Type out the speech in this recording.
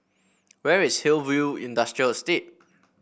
where is Hillview Industrial Estate